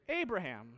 Abraham